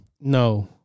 No